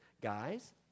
guys